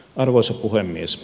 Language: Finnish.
arvoisa puhemies